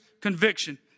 conviction